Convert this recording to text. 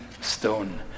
stone